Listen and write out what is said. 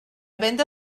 venda